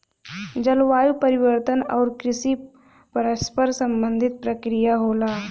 जलवायु परिवर्तन आउर कृषि परस्पर संबंधित प्रक्रिया होला